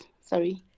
sorry